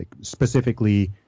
specifically